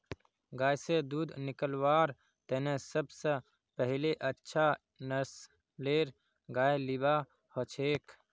गाय स दूध निकलव्वार तने सब स पहिले अच्छा नस्लेर गाय लिबा हछेक